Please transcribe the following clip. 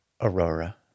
Aurora